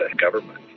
government